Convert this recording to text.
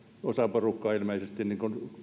osa porukkaa ilmeisesti